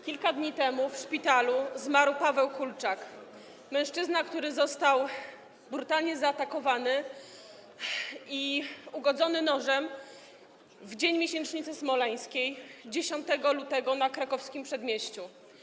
Kilka dni temu w szpitalu zmarł Paweł Kulczak, mężczyzna, który został brutalnie zaatakowany i ugodzony nożem w dzień miesięcznicy smoleńskiej, 10 lutego, na Krakowskim Przedmieściu.